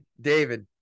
David